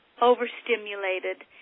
overstimulated